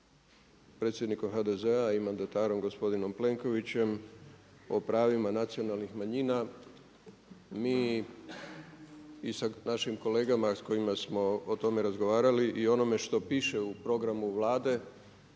predsjednikom HDZ-a i mandatarom gospodinom Plenkovićem o pravima nacionalnih manjina mi i sa našim kolegama s kojima smo o tome razgovarali i onome što piše u programu Vlade